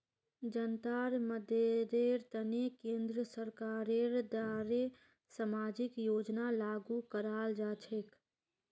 जनतार मददेर तने केंद्र सरकारेर द्वारे सामाजिक योजना लागू कराल जा छेक